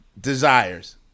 Desires